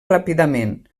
ràpidament